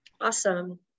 awesome